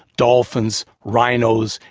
dolphins, rhinos,